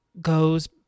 goes